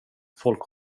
folk